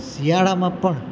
શિયાળામાં પણ